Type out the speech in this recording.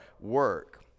work